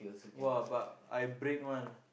!wah! but I break one